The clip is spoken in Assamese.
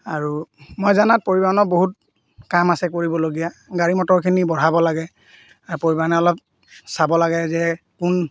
আৰু মই জানাত পৰিবহণৰ বহুত কাম আছে কৰিবলগীয়া গাড়ী মটৰখিনি বঢ়াব লাগে পৰিবহণে অলপ চাব লাগে যে কোন